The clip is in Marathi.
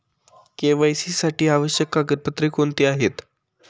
के.वाय.सी साठी आवश्यक कागदपत्रे कोणती आहेत?